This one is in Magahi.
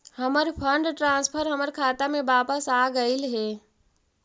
हमर फंड ट्रांसफर हमर खाता में वापस आगईल हे